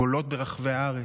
גולות ברחבי הארץ,